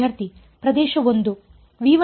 ವಿದ್ಯಾರ್ಥಿ ಪ್ರದೇಶ 1